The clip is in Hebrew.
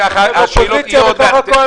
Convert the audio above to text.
השאלות יהיו עוד מעט.